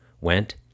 went